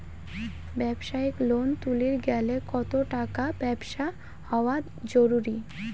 ব্যবসায়িক লোন তুলির গেলে কতো টাকার ব্যবসা হওয়া জরুরি?